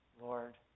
Lord